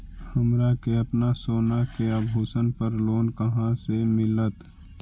हमरा के अपना सोना के आभूषण पर लोन कहाँ से मिलत?